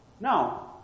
Now